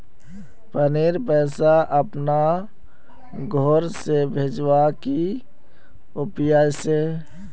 पानीर पैसा अपना घोर से भेजवार की उपाय छे?